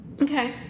Okay